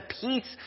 peace